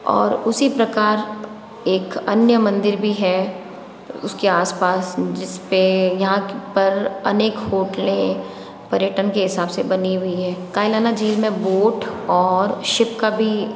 और उसी प्रकार एक अन्य मंदिर भी है उसके आस पास जिस पर यहाँ पर अनेक होटलें पर्यटन के हिसाब से बनी हुई हैं कायलाना झील में बोट और शिप का भी